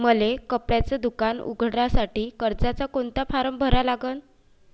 मले कपड्याच दुकान उघडासाठी कर्जाचा कोनचा फारम भरा लागन?